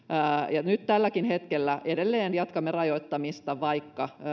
ja tälläkin hetkellä edelleen jatkamme rajoittamista vaikka